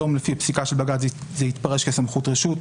היום לפי פסיקה של בג"ץ זה יתפרש כסמכות רשות,